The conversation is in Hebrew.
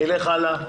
נלך הלאה.